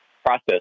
process